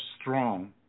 strong